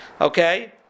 Okay